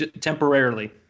temporarily